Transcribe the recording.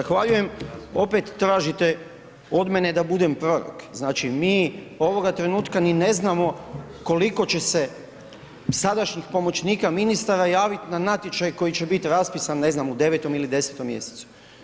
Zahvaljujem, opet tražite od mene da budem prorok, znači mi ovoga trenutka ni ne znamo koliko će se sadašnjih pomoćnika ministara javiti na natječaj koji će biti raspisan ne znam u 9. ili 10. mjesecu.